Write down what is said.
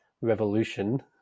revolution